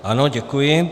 Ano, děkuji.